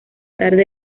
tarde